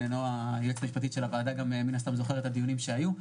נועה היועצת המשפטית של הוועדה מן הסתם זוכרת את הדיונים שהיו.